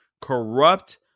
Corrupt